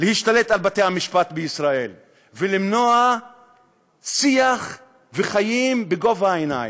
להשתלט על בתי-המשפט בישראל ולמנוע שיח וחיים בגובה העיניים.